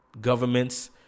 governments